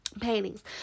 paintings